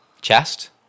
chest